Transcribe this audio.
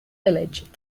village